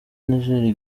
niger